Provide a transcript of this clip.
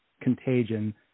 contagion